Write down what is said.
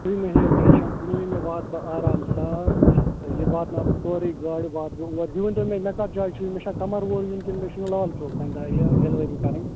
تُہۍ مہٕ ہیٚیِو ٹینشن کُنوُہِمہِ واتہٕ بہٕ آرام سان یہِ واتناو بہٕ سورٕے گاڑٕ واتہٕ بہٕ اور یہِ ؤنۍ تَو مےٚ مےٚ کَتھ جایہِ چھُ یُن مےٚ چھا قَمروور یُن کِنہٕ مےٚ چھُ یُن لال چوک تَمہِ دۄہ یہِ ڈِلوٕری کرٕنۍ